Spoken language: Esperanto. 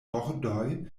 bordoj